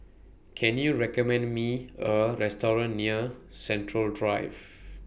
Can YOU recommend Me A Restaurant near Central Drive